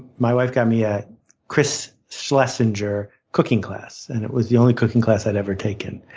my wife got me a chris schlesinger cooking class, and it was the only cooking class i'd ever taken.